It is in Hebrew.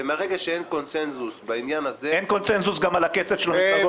ומרגע שאין קונצנזוס על העניין הזה